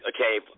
Okay